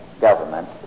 government